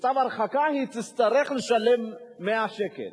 לצו הרחקה, יצטרך לשלם 100 שקל.